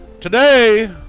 Today